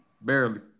Barely